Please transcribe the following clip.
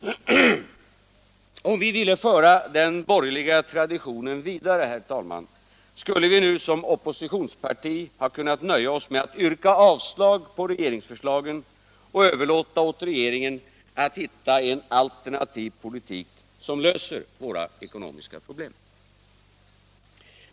Om vi ville föra den borgerliga traditionen vidare, herr talman, skulle vi nu som oppositionsparti ha kunnat nöja oss med att yrka avslag på regeringsförslagen och överlåta åt regeringen att finna en alternativ politik som löser våra ekonomiska problem.